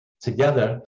together